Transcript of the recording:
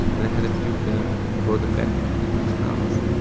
and i had a few of them brought them back and into my house,